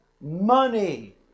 money